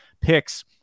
picks